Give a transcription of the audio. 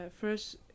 First